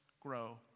grow